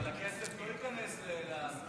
אבל הכסף לא ייכנס לספורט.